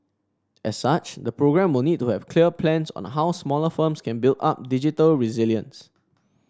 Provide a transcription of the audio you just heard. as such the programme will need to have clear plans on the how smaller firms can build up digital resilience